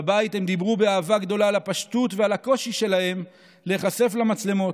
בבית הם דיברו באהבה גדולה על הפשטות ועל הקושי שלהם להיחשף למצלמות,